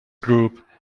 group